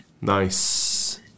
Nice